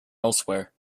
elsewhere